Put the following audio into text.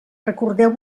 recordeu